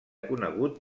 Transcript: conegut